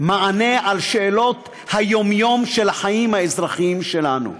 מענה על שאלות היום-יום של החיים האזרחיים שלנו,